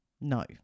No